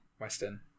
Western